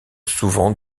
souvent